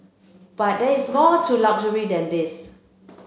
but there is more to luxury than these